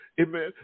Amen